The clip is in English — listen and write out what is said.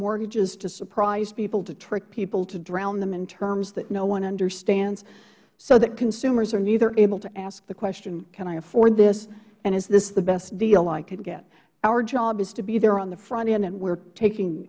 mortgages to surprise people to trick people to drown them in terms that no one understands so that consumers are neither able to ask the question can i afford this and is this the best deal i can get our job is to be there on the front end and we are taking